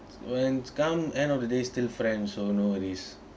when it come end of the day still friends so no worries